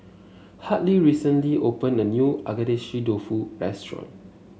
Hartley recently opened a new Agedashi Dofu restaurant